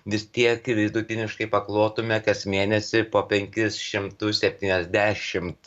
vis tiek vidutiniškai paklotume kas mėnesį po penkis šimtus septyniasdešimt